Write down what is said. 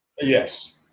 Yes